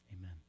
Amen